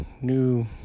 new